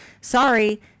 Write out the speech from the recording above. Sorry